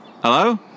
Hello